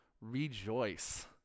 rejoice